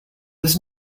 was